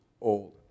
old